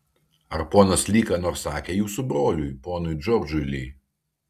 ar ponas li ką nors sakė jūsų broliui ponui džordžui li